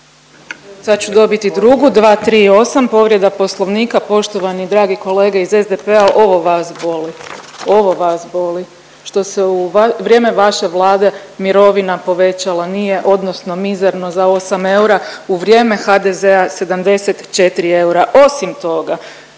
Sad ću dobiti i drugu. 238. povreda Poslovnika poštovani dragi kolega iz SDP-a ovo vas boli, ovo vas boli što se u vrijeme vaše Vlade mirovina povećala nije, odnosno mizerno za 8 eura. U vrijeme HDZ-a 74 eura, osim toga,